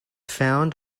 found